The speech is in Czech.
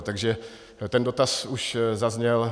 Takže ten dotaz už zazněl.